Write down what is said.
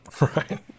Right